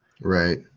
Right